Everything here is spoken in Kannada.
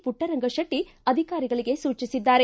ಮಟ್ಟರಂಗ ಶೆಟ್ಟ ಅಧಿಕಾರಿಗಳಿಗೆ ಸೂಚಿಸಿದ್ದಾರೆ